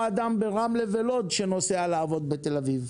אדם ברמלה ולוד שנוסע לעבוד בתל אביב.